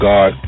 God